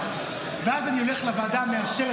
ואז אני הולך לוועדה המאשרת,